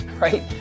right